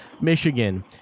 Michigan